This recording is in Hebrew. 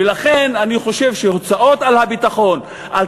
ולכן אני חושב שהוצאות על הביטחון,